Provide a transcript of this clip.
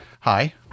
hi